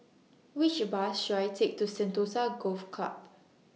Which Bus should I Take to Sentosa Golf Club